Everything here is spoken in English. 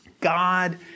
God